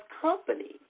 company